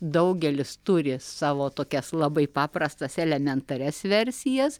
daugelis turi savo tokias labai paprastas elementarias versijas